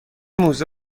موزه